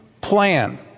plan